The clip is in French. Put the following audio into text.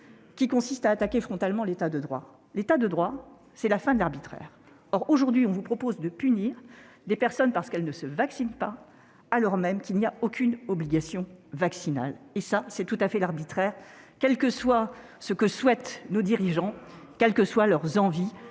qu'il attaque frontalement l'État de droit. L'État de droit, c'est la fin de l'arbitraire. Or, aujourd'hui, on nous propose de punir des personnes parce qu'elles ne se vaccinent pas alors même qu'il n'y a aucune obligation vaccinale ; c'est tout à fait arbitraire ! Quelles que soient les envies de nos dirigeants, nous ne pouvons